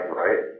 right